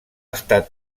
estat